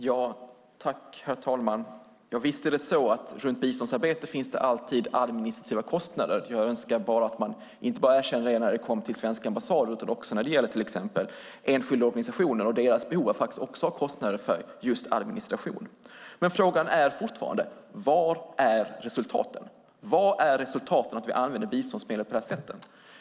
Herr talman! Ja, visst är det så att det runt biståndsarbete alltid finns administrativa kostnader. Jag önskar blott att man inte bara skulle erkänna det när det kommer till svenska ambassader utan också när det gäller till exempel enskilda organisationer och deras behov. De har också kostnader för administration. Frågan är fortfarande: Var är resultaten av att vi använder biståndsmedel på detta sätt?